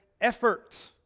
effort